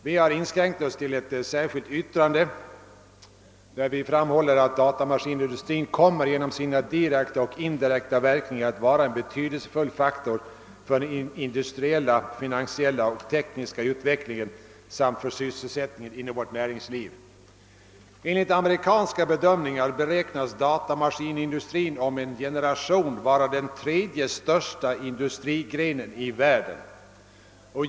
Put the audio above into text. Vi har inskränkt oss till ett särskilt yttrande, vari vi bl.a. framhåller: »Datamaskinindustrin kommer genom sina direkta och indirekta verkningar att vara en betydelsefull faktor för den industriella, finansiella och tekniska utvecklingen samt för sysselsättningen inom vårt näringsliv.» Enligt amerikanska bedömningar beräknas datamaskinindustrin om en generation vara nummer tre bland industrigrenarna i världen.